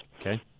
Okay